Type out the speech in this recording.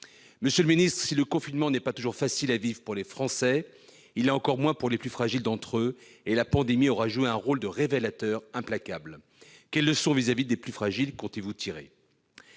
Monsieur le ministre, si le confinement n'est pas toujours facile à vivre pour les Français, il l'est encore moins pour les plus fragiles d'entre eux. De ce point de vue, la pandémie aura joué un rôle de révélateur implacable. Quelles leçons vis-à-vis des plus fragiles comptez-vous tirer